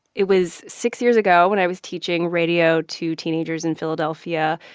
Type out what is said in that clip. it was six years ago when i was teaching radio to teenagers in philadelphia.